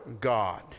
God